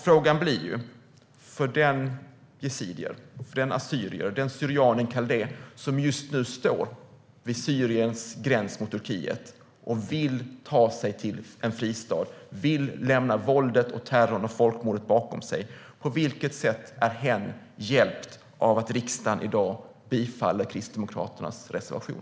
Frågan är ju: Den yazidier, den assyrier, den syrian, den kaldé som just nu står vid Syriens gräns mot Turkiet och vill ta sig till en fristad, vill lämna våldet och terrorn och folkmordet bakom sig - på vilket sätt blir hen hjälpt av att riksdagen i dag bifaller Kristdemokraternas reservation?